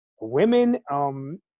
Women